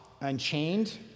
unchained